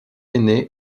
aînés